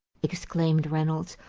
exclaimed reynolds,